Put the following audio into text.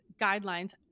guidelines